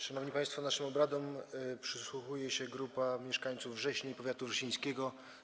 Szanowni państwo, naszym obradom przysłuchuje się grupa mieszkańców Wrześni i powiatu wrzesińskiego.